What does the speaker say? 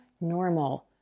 normal